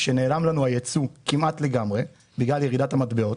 כשנעלם לנו הייצוא כמעט לגמרי בגלל ירידת המטבעות,